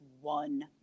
one